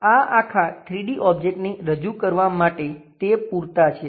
આ આખા 3D ઓબ્જેક્ટને રજૂ કરવા માટે તે પૂરતા છે